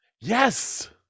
Yes